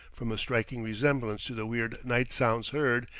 from a striking resemblance to the weird night-sounds heard,